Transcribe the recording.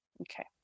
okay